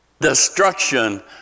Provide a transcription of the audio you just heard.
destruction